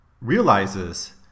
realizes